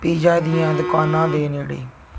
pizza ਦੀਆਂ ਦੁਕਾਨਾਂ ਦੇ ਨੇੜੇ